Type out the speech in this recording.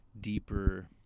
deeper